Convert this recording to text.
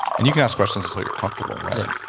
and you can ask questions until you're comfortable right? yeah.